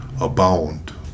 abound